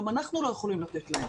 גם אנחנו לא יכולים לתת להם.